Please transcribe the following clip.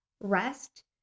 rest